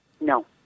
No